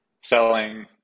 selling